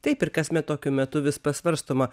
taip ir kasmet tokiu metu vis pasvarstoma